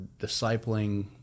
discipling